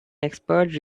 expert